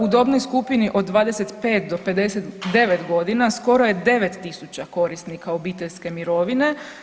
U dobnoj skupini od 25 do 59.g. skoro je 9.000 korisnika obiteljske mirovine.